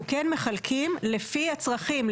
אנחנו כן מחלקים לפי הצרכים,